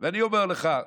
ואני חייב לומר לך שטרם,